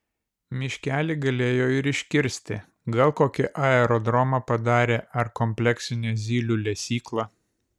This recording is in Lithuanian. miškelį galėjo ir iškirsti gal kokį aerodromą padarė ar kompleksinę zylių lesyklą